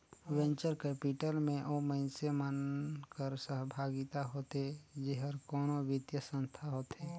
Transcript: venture capital में ओ मइनसे मन कर सहभागिता होथे जेहर कोनो बित्तीय संस्था होथे